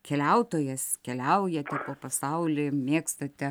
keliautojas keliauja po pasaulį mėgstate